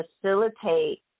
facilitate